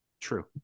True